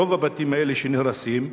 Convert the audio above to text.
רוב הבתים האלה שנהרסים,